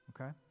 okay